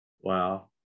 Wow